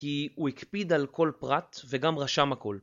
כי הוא הקפיד על כל פרט וגם רשם הכל.